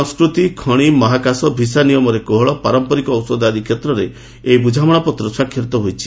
ସଂସ୍କୃତି ଖଣି ମହାକାଶ ଭିସା ନିୟମରେ କୋହଳ ପାରମ୍ପରିକ ଔଷଧ ଆଦି କ୍ଷେତ୍ରରେ ଏହି ବୁଝାମଣାପତ୍ର ସ୍ୱାକ୍ଷରିତ ହୋଇଛି